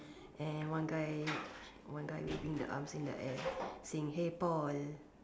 and one guy one guy waving the arms in the air saying hey Paul